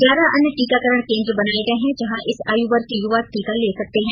ग्यारह अन्य टीकाकरण केंद्र बनाए गए हैं जहां इस आयु वर्ग के युवा टीका ले सकते हैं